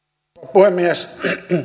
puhemies